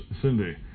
Cindy